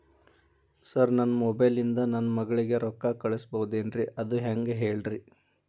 sir ನನ್ನ mobile ಇಂದ ನನ್ನ ಮಗಳಿಗೆ ರೊಕ್ಕಾ ಕಳಿಸಬಹುದೇನ್ರಿ ಅದು ಹೆಂಗ್ ಹೇಳ್ರಿ